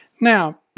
Now